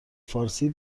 فارسی